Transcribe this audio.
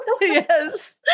Yes